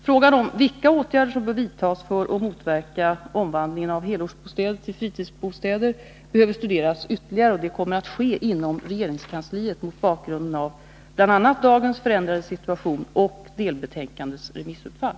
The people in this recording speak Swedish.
Frågan om vilka åtgärder som bör vidtas för att motverka omvandling av helårsbostäder till fritidsbostäder behöver studeras ytterligare. Detta kommer att ske inom regeringskansliet mot bakgrund av bl.a. dagens förändrade situation och delbetänkandets remissutfall.